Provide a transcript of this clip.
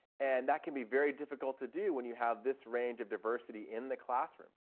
and that can be very difficult to do when you have this range of diversity in the classroom.